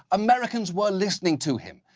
americans were listening to him.